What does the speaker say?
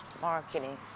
marketing